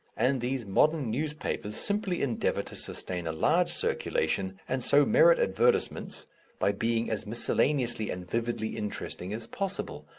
and these modern newspapers simply endeavour to sustain a large circulation and so merit advertisements by being as miscellaneously and vividly interesting as possible,